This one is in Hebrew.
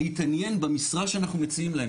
להתעניין במשרה שאנחנו מציעים להם.